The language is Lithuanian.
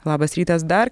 labas rytas dar